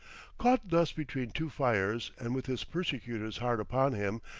caught thus between two fires, and with his persecutors hard upon him,